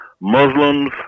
Muslims